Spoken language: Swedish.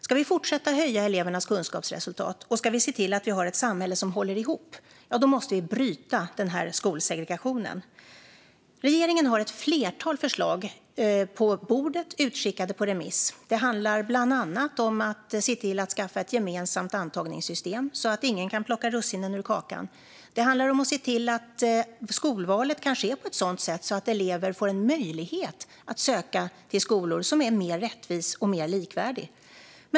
Ska vi fortsätta att höja elevernas kunskapsresultat och se till att vi har ett samhälle som håller ihop måste vi bryta skolsegregationen. Regeringen har ett flertal förslag på bordet som är utskickade på remiss. Det handlar bland annat om att se till att skaffa ett gemensamt antagningssystem så att ingen kan plocka russinen ur kakan. Det handlar om att se till att skolvalet kan ske på ett sådant sätt att elever får en möjlighet att söka till skolor som är mer rättvis och mer likvärdig.